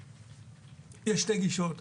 יש שתי גישות.